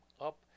up